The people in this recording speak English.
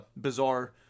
Bizarre